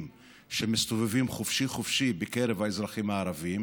שמסתובבים חופשי חופשי בקרב האזרחים הערבים,